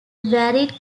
varied